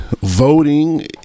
voting